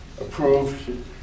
approved